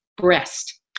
breast